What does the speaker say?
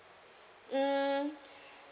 mm